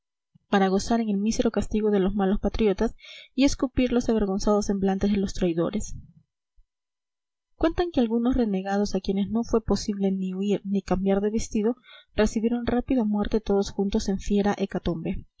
para gozar en el mísero castigo de los malos patriotas y escupir los avergonzados semblantes de los traidores cuentan que algunos renegados a quienes no fue posible ni huir ni cambiar de vestido recibieron rápida muerte todos juntos en fiera hecatombe